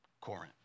Corinth